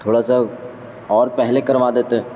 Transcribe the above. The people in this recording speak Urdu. تھوڑا سا اور پہلے کروا دیتے